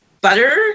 butter